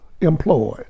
employed